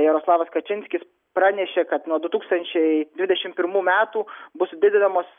jaroslavas kačinskis pranešė kad nuo du tūkstančiai dvidešim pirmų metų bus didinamos